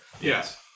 Yes